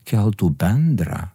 keltų bendrą